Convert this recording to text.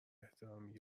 احترامی